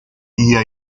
día